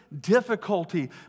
difficulty